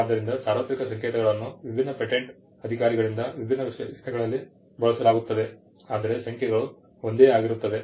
ಆದ್ದರಿಂದ ಸಾರ್ವತ್ರಿಕ ಸಂಕೇತಗಳನ್ನು ವಿಭಿನ್ನ ಪೇಟೆಂಟ್ ಅಧಿಕಾರಿಗಳಿಂದ ವಿಭಿನ್ನ ವಿಶ್ಲೇಷಣೆಗಳಲ್ಲಿ ಬಳಸಲಾಗುತ್ತದೆ ಆದರೆ ಸಂಖ್ಯೆಗಳು ಒಂದೇ ಆಗಿರುತ್ತವೆ